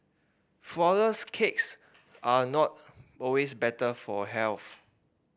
flourless cakes are not always better for health